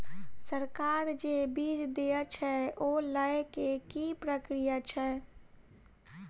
सरकार जे बीज देय छै ओ लय केँ की प्रक्रिया छै?